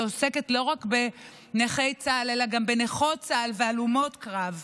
שעוסקת לא רק בנכי צה"ל אלא גם בנכות צה"ל והלומות קרב.